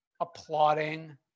applauding